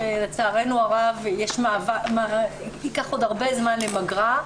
לצערנו הרב ייקח עוד הרבה זמן למגרה,